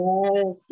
Yes